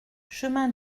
chemin